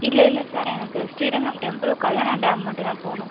இல்லை இல்லை சார் எனக்கு ஸ்ரீரங்கம் டெம்புளும் கல்லணை டேம் மட்டும் தான் போகணும்